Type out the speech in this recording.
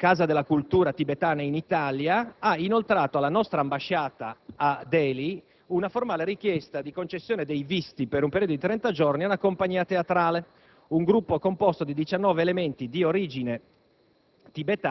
Casa della cultura tibetana in Italia ha inoltrato, alla nostra ambasciata a Delhi, una formale richiesta di concessione dei visti per un periodo di 30 giorni ad una compagnia teatrale,